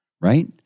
right